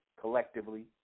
collectively